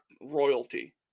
royalty